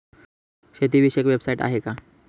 शेतीविषयक वेबसाइट आहे का?